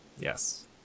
Yes